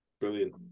Brilliant